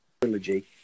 trilogy